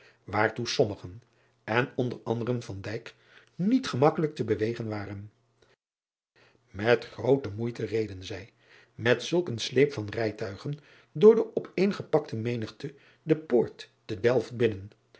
waartoe sommigen en onder anderen niet gemakkelijk te bewegen waren et groote moeite reden zij met zulk een sleep van rijtuigen door de op een gepakte menigte de poort te elft binnen